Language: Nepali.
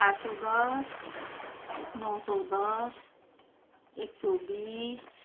आठ सौ दस नौ सौ दस एक सौ बिस